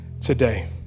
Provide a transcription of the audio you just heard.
today